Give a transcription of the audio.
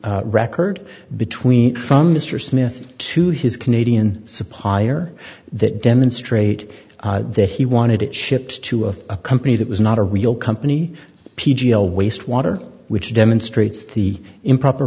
record between from mr smith to his canadian supplier that demonstrate that he wanted it shipped to of a company that was not a real company p g l waste water which demonstrates the improper